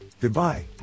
Goodbye